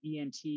ENT